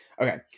okay